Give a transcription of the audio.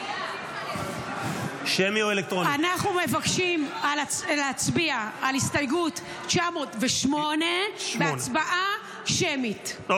אנחנו מבקשים להצביע על הסתייגות 908 בהצבעה שמית.